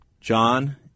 John